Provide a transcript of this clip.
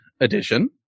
edition